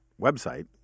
website